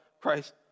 Christ